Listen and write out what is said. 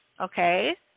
okay